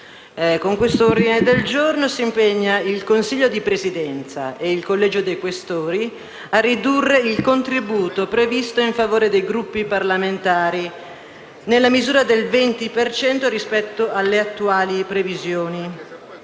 con l'ordine del giorno G26 si impegna il Consiglio di Presidenza e il Collegio dei Questori a ridurre il contributo previsto in favore dei Gruppi parlamentari nella misura del 20 per cento rispetto alle attuali previsioni.